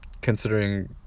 considering